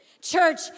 Church